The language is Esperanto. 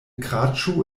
kraĉu